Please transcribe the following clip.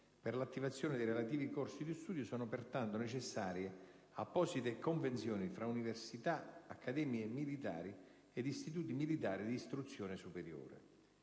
per l'attivazione dei relativi corsi di studio sono pertanto necessarie apposite convenzioni tra università, accademie militari ed istituti militari di istruzione superiore.